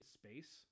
space